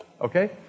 okay